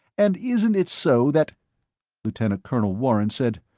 and isn't it so that lieutenant colonel warren said,